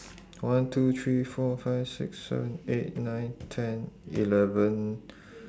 one two three four five six seven eight nine ten eleven